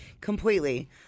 completely